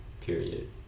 period